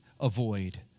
avoid